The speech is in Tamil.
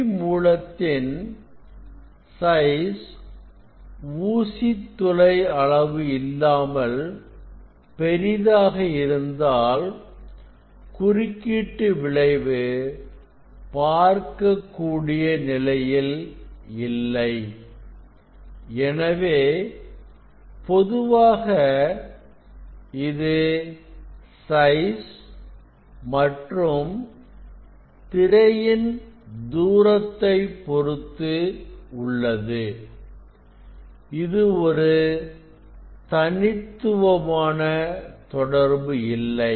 ஒளி மூலத்தின் சைஸ் ஊசித்துளை அளவு இல்லாமல் பெரிதாக இருந்தால் குறுக்கீட்டு விளைவு பார்க்கக்கூடிய நிலையில் இல்லை எனவே பொதுவாக இது சைஸ் மற்றும் திரையின் தூரத்தைப் பொறுத்து உள்ளது இது ஒரு தனித்துவமான தொடர்பு இல்லை